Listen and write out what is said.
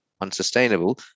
unsustainable